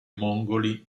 mongoli